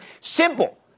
Simple